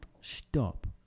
stop